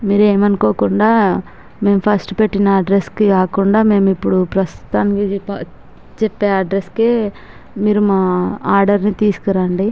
మీరు ఏమీ అనుకోకుండా మేము ఫస్ట్ పెట్టిన అడ్రస్ కి కాకుండా మేము ఇప్పుడు ప్రస్తుతానికి చెప్పే చెప్పే అడ్రస్ కే మీరు మా ఆర్డరును తీసుకు రండి